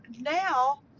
now